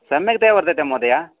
सम्यक्तया वर्तते महोदय